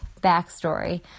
backstory